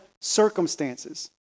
circumstances